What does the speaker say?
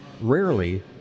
rarely